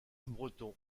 breton